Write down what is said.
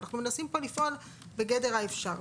אנחנו מנסים פה לפעול בגדר האפשר.